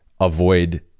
avoid